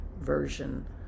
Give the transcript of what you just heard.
version